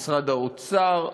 משרד האוצר,